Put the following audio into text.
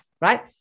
right